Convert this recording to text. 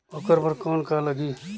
ओकर बर कौन का लगी?